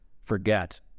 forget